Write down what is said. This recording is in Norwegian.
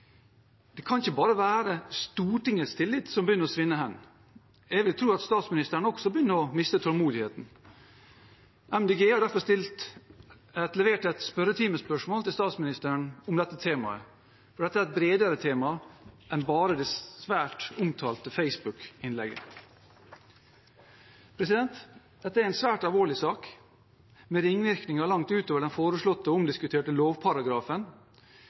Det kan ikke bare være Stortingets tillit som begynner å svinne hen. Jeg vil tro at statsministeren også begynner å miste tålmodigheten. Miljøpartiet De Grønne har derfor levert et spørretimespørsmål til statsministeren om dette temaet, for dette er et bredere tema enn bare det svært omtalte Facebook-innlegget. Dette er en svært alvorlig sak, med ringvirkninger langt utover den foreslåtte og omdiskuterte lovparagrafen.